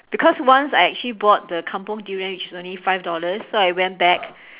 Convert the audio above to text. because once I actually bought the kampung durian which is only five dollars so I went back